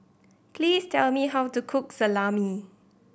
please tell me how to cook Salami